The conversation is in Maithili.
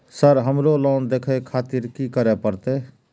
सर हमरो लोन देखें खातिर की करें परतें?